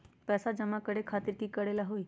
पैसा जमा करे खातीर की करेला होई?